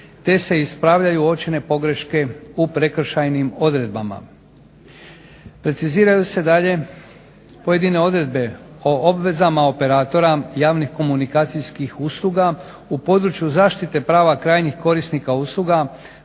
te se ispravljaju uočene pogreške u prekršajnim odredbama. Preciziraju se dalje pojedine odredbe o obvezama operatora javnih komunikacijskih usluga u području zaštite prava krajnjih korisnika usluga